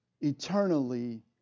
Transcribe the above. eternally